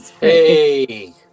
Hey